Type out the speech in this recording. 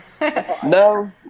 No